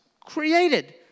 created